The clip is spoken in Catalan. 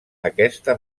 aquesta